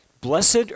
Blessed